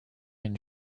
une